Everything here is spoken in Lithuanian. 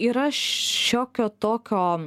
yra šiokio tokio